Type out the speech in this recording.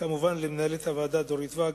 כמובן, למנהלת הוועדה דורית ואג,